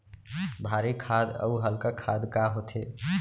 भारी खाद अऊ हल्का खाद का होथे?